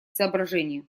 соображения